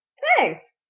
thanks!